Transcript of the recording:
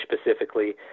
specifically